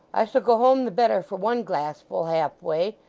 i shall go home the better for one glassful, halfway.